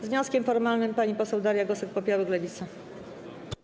Z wnioskiem formalnym pani poseł Daria Gosek-Popiołek, Lewica.